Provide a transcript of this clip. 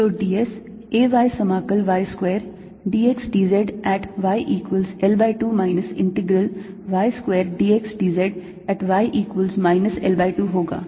तो d s A y समाकल y square d x d z at y equals L by 2 minus integral y square d x d z at y equals minus L by 2 होगा